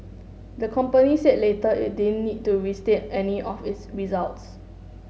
the company said later it didn't need to restate any of its results